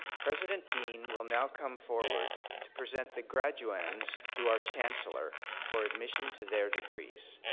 president deane will now come forward to present the graduands to our chancellor for admission to their degrees.